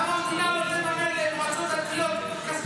למה שהמדינה לא תממן למועצות דתיות כספי פיתוח?